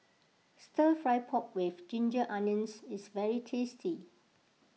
Stir Fry Pork with Ginger Onions is very tasty